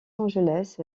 angeles